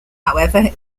however